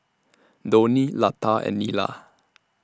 Dhoni Lata and Neila